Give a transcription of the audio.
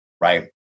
Right